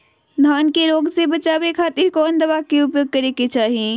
धान के रोग से बचावे खातिर कौन दवा के उपयोग करें कि चाहे?